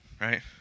Right